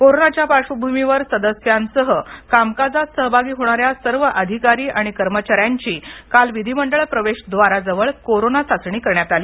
कोरोनाच्या पार्श्वभूमीवर सदस्यांसह कामकाज सहभागी होणाऱ्या सर्व अधिकारी कर्मचाऱ्यांची काल विधिमंडळ प्रवेशद्वारजवळ कोरोना चाचणी करण्यात आली